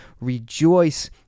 rejoice